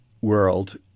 world